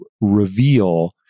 reveal